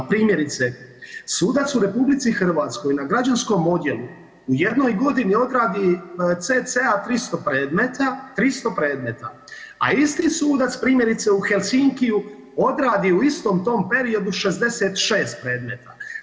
Primjerice sudac u RH na građanskom odjelu u jednoj godini odradi cca 300 predmeta, 300 predmeta, a isti sudac primjerice u Helsinkiju odradi u istom tom periodu 66 predmeta.